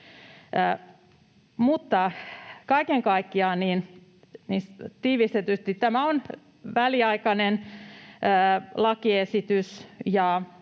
Tämä on väliaikainen lakiesitys,